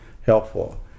helpful